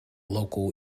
local